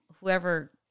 whoever